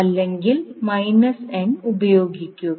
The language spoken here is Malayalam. അല്ലെങ്കിൽ n ഉപയോഗിക്കുക